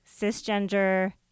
cisgender